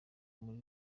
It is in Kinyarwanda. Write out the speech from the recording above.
muri